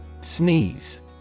Sneeze